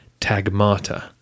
tagmata